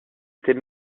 était